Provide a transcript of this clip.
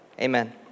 amen